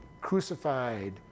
Crucified